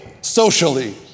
socially